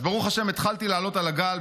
אז ברוך השם התחלתי לעלות על הגל,